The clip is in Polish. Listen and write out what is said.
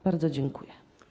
Bardzo dziękuję.